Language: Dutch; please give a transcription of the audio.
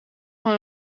van